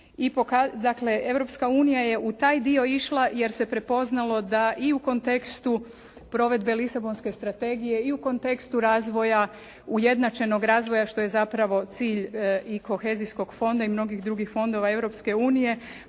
dakle, Europska unija je u taj dio išla jer se prepoznalo da i u kontekstu provedbe Lisabonske strategije i u kontekstu razvoja ujednačenog razvoja što je zapravo cilj i Kohezijskog fonda i mnogih drugih fondova Europske unije